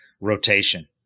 rotation